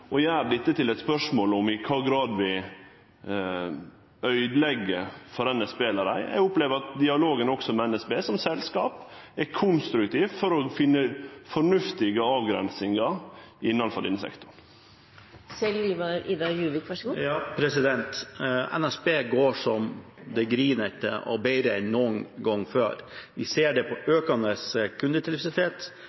dette til eit spørsmål om i kva grad vi øydelegg for NSB eller ei. Eg opplever at dialogen med NSB som selskap er konstruktiv for å finne fornuftige avgrensingar innanfor denne sektoren. NSB går så det griner, og bedre enn noen gang før. Vi ser det på økende kundetilfredshet, vi ser det på